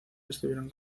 estuvieron